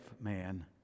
man